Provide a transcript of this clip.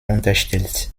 unterstellt